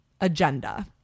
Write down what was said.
agenda